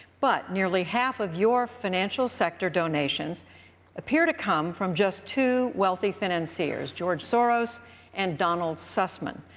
but nearly half of your financial sector donations appear to come from just two wealthy financiers, george soros and donald sussman,